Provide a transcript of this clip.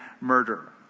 murder